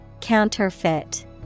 Counterfeit